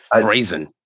brazen